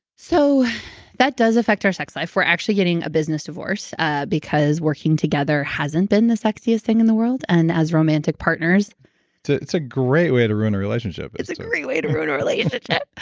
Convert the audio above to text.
so that does affect our sex life. we're actually getting a business divorce because working together hasn't been the sexiest thing in the world and as romantic partners it's a great way to ruin a relationship. it's like a great way to ruin a relationship.